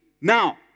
Now